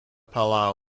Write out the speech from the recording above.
palau